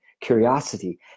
curiosity